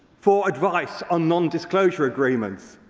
for advice on non-disclosure agreements.